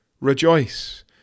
rejoice